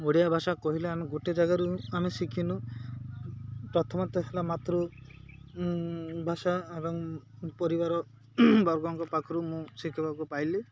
ଓଡ଼ିଆ ଭାଷା କହିଲେ ଆମେ ଗୋଟେ ଜାଗାରୁ ଆମେ ଶିଖିନୁ ପ୍ରଥମତଃ ହେଲା ମାତୃଭାଷା ଏବଂ ପରିବାରବର୍ଗଙ୍କ ପାଖରୁ ମୁଁ ଶିଖିବାକୁ ପାଇଲି